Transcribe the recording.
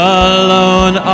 alone